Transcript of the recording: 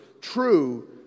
true